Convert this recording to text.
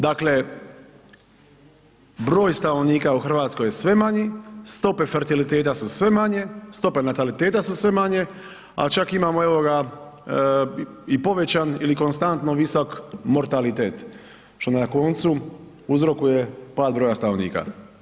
Dakle, broj stanovnika u RH je sve manji stope fertiliteta su sve manje, stope nataliteta su sve manje, a čak imamo evo ga i povećan i konstantno visok mortalitet što na koncu uzrokuje pad broja stanovnika.